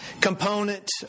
component